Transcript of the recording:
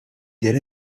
did